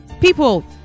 People